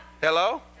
Hello